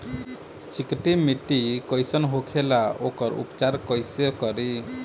चिकटि माटी कई सन होखे ला वोकर उपचार कई से करी?